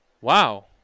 wow